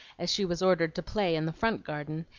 as she was ordered to play in the front garden,